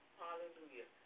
hallelujah